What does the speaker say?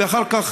ואחר כך